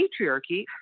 patriarchy